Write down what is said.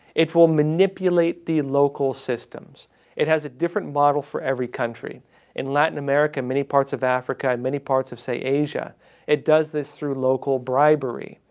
it will manipulate the local systems it has a different model for every country in latin america many parts of africa many parts of say asia it does this through local bribery.